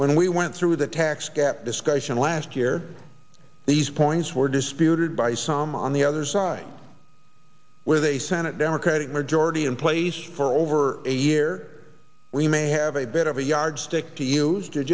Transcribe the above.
when we went through the tax gap discussion last year these points were disputed by some on the other side with a senate democratic majority in place for over a year we may have a bit of a yardstick to use